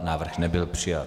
Návrh nebyl přijat.